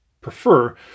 prefer